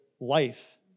life